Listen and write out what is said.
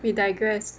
we digress